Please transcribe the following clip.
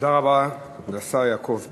תודה רבה לשר יעקב פרי.